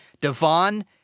Devon